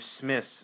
dismiss